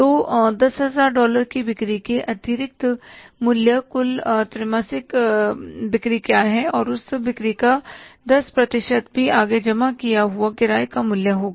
तो 10000 डॉलर की बिक्री के अतिरिक्त ऊपर कुल त्रैमासिक बिक्री क्या है और उस बिक्री का 10 प्रतिशत भी आगे जमा किया हुआ किराए का मूल्य होगा